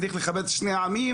צריך לכבד את שני העמים.